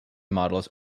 models